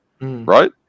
right